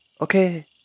Okay